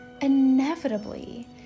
inevitably